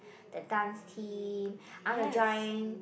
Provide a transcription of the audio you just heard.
the dance team I want to join